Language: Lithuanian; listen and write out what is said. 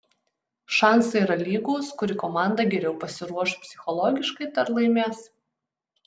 šansai yra lygūs kuri komanda geriau pasiruoš psichologiškai ta ir laimės